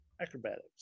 Acrobatics